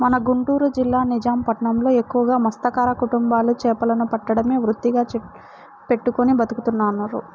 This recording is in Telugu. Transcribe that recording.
మన గుంటూరు జిల్లా నిజాం పట్నంలో ఎక్కువగా మత్స్యకార కుటుంబాలు చేపలను పట్టడమే వృత్తిగా పెట్టుకుని బతుకుతున్నారు